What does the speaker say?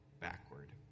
backward